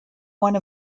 one